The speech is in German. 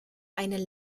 eine